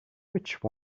which